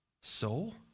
Soul